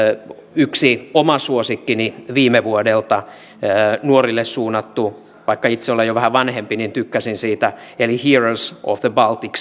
yksi oma suosikkini viime vuodelta nuorille suunnattu vaikka itse olen jo vähän vanhempi niin tykkäsin siitä eli heroes of the baltic